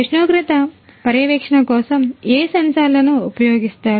ఉష్ణోగ్రత పర్యవేక్షణ కోసం ఏ సెన్సార్లను ఉపయోగిస్తారు